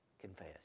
Confess